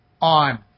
on